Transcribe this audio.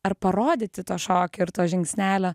ar parodyti to šokio ir to žingsnelio